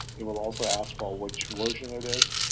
it will also ask for which version it is,